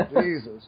jesus